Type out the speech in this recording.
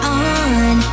on